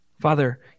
Father